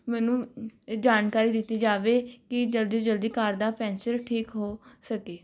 ਮੈਨੂੰ ਜਾਣਕਾਰੀ ਦਿੱਤੀ ਜਾਵੇ ਕਿ ਜਲਦੀ ਤੋਂ ਜਲਦੀ ਕਾਰ ਦਾ ਪੈਂਚਰ ਠੀਕ ਹੋ ਸਕੇ